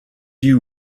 you